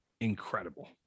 incredible